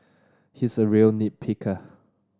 he's a real nit picker